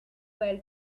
well